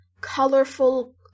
colorful